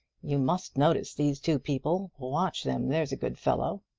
you must notice these two people. watch them there's a good fellow!